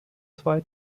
zwei